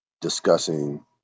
discussing